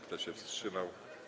Kto się wstrzymał?